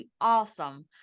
awesome